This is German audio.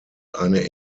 eine